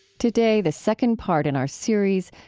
today, the second part in our series,